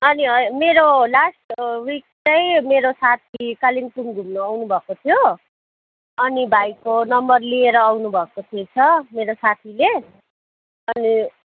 अनि मेरो last week चाहिँ मेरो साथी कालिम्पोङ घुम्नु आउनु भएको थियो अनि भाइको नम्बर लिएर आउनु भएको थिएछ मेरो साथीले अनि